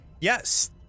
Yes